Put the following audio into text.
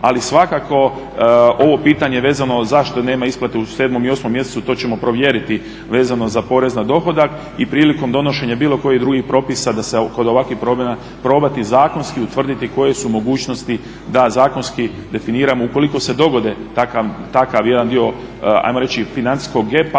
Ali svakako ovo pitanje vezano zašto nema isplate u 7. i 8. mjesecu to ćemo provjeriti vezano za porez na dohodak i prilikom donošenja bilo kojih drugih propisa da se kod ovakvih promjena probati zakonski utvrditi koje su mogućnosti da zakonski definiramo, ukoliko se dogode takav jedan dio ajmo reći financijskog